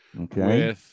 okay